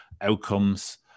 outcomes